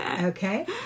Okay